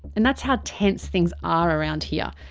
and that's how tense things are around here.